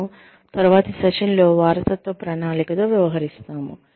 మనము తరువాతి సెషన్లో వారసత్వ ప్రణాళికతో వ్యవహరిస్తాము